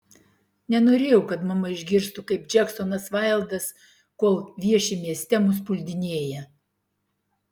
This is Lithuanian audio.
nenorėjau kad mama išgirstų kaip džeksonas vaildas kol vieši mieste mus puldinėja